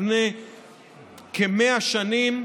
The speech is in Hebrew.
לפני כ-100 שנים.